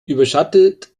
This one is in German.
überschattet